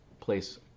place